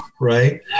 right